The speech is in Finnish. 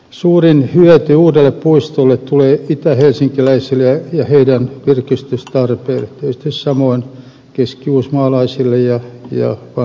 suurin hyöty uudelle puistolle tulee itähelsinkiläisille ja heidän virkistystarpeilleen tietysti samoin keskiuusimaalaisille ja vantaalaisille